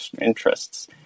interests